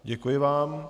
Děkuji vám.